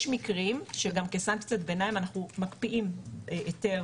יש מקרים שגם כסנקציית ביניים אנחנו מקפיאים היתר